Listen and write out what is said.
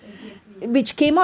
exactly